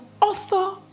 author